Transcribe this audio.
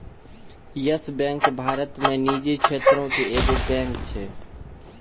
yes bank Bharat मे निजी क्षेत्रो के एगो बैंक छै